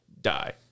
die